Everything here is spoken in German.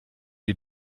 die